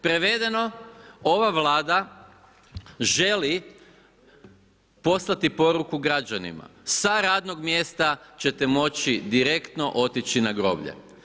Prevedeno, ova Vlada želi poslati poruku građanima, sa radnog mjesta ćete moći direktno otići na groblje.